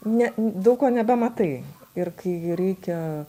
ne daug ko nebematai ir kai reikia